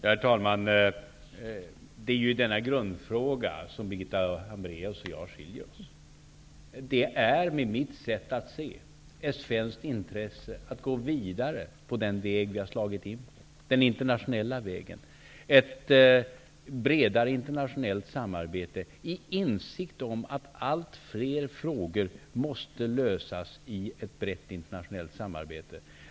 Herr talman! Det är i denna grundfråga som Birgitta Hambraeus och jag har skilda uppfattningar. Det är med mitt sätt att se ett svenskt intresse att gå vidare på den väg vi har slagit in på, den internationella vägen, i insikt om att allt fler frågor måste lösas i ett brett internationellt samarbete.